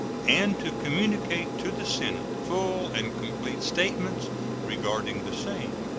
and to communicate to the senate full and complete statements regarding the same,